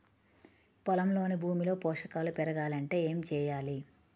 పొలంలోని భూమిలో పోషకాలు పెరగాలి అంటే ఏం చేయాలి?